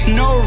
no